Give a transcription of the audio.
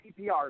PPR